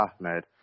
Ahmed